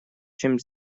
чем